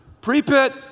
pre-pit